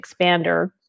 expander